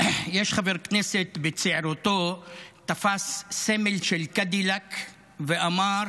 יש חבר כנסת, שבצעירותו תפס סמל של קדילאק ואמר: